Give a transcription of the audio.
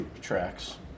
tracks